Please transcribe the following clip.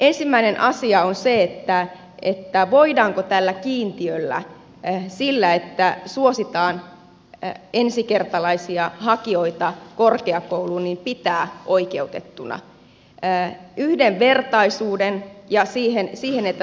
ensimmäinen asia on se voidaanko tällä kiintiöllä sitä että suositaan ensikertalaisia hakijoita korkeakouluihin pitää oikeutettuna yhdenvertaisuuden ja